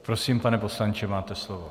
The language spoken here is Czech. Prosím, pane poslanče, máte slovo.